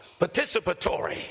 participatory